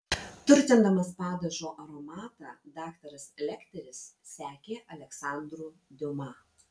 turtindamas padažo aromatą daktaras lekteris sekė aleksandru diuma